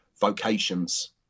vocations